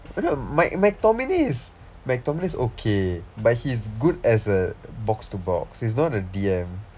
don't know my my my okay but he's good as a box to box he's not a D_M